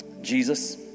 Jesus